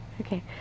Okay